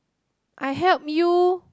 I help you